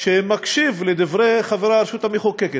שמקשיב לדברי חברי הרשות המחוקקת.